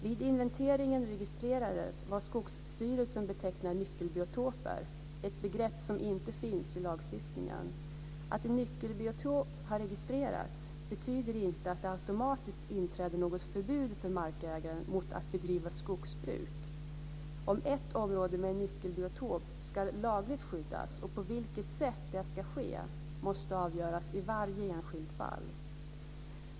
Vid inventeringen registrerades vad Skogsstyrelsen betecknar nyckelbiotoper, ett begrepp som inte finns i lagstiftningen. Att en nyckelbiotop har registrerats betyder inte att det automatiskt inträder något förbud för markägaren mot att bedriva skogsbruk. Om ett område med en nyckelbiotop ska lagligt skyddas och på vilket sätt det ska ske måste avgöras i varje enskilt fall.